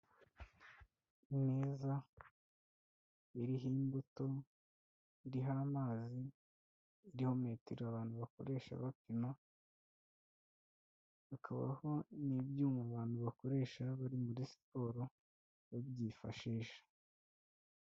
Neza iriho imbuto iriho amazi iriho metero abantu bakoresha bakina hakabaho n'ibyuma abantu bakoresha bari muri siporo babyifashisha.